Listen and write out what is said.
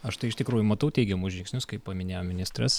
aš tai iš tikrųjų matau teigiamus žingsnius kaip paminėjo ministras